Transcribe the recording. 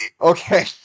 Okay